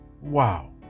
Wow